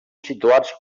situats